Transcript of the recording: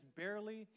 barely